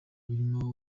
birimo